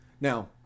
Now